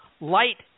light